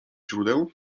źródeł